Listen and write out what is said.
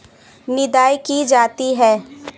निदाई की जाती है?